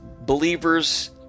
believers